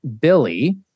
Billy